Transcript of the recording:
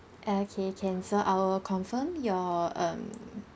okay can so I'll confirm your um